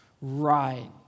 right